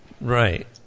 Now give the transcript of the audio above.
Right